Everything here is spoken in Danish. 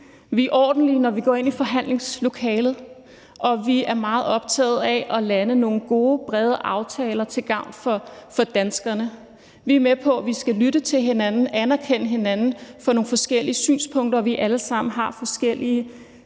Vi er ordentlige, når vi går ind i forhandlingslokalet, og vi er meget optaget af at lande nogle gode, brede aftaler til gavn for danskerne. Vi er med på, vi skal lytte til hinanden, anerkende hinanden for nogle forskellige synspunkter, for vi har alle sammen forskellige